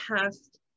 past